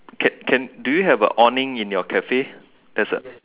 can can do you have a awning in your cafe there's a